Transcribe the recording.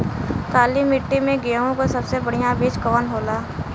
काली मिट्टी में गेहूँक सबसे बढ़िया बीज कवन होला?